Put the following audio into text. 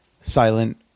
silent